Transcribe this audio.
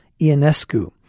Ionescu